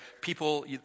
people